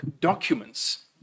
documents